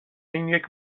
اینیک